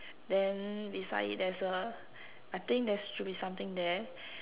then beside it there's a I think there should be something there